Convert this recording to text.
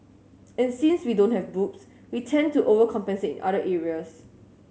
and since we don't have boobs we tend to overcompensate in other areas